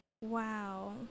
Wow